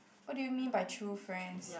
what do you mean by true friends